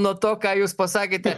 nuo to ką jūs pasakėte